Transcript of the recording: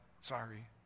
Sorry